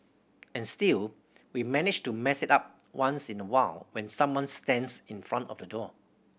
and still we manage to mess it up once in a while when someone stands in front of the door